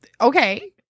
Okay